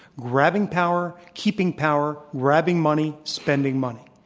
grabbing power, keeping power, grabbing money, spending money.